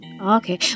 okay